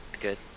Good